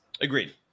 Agreed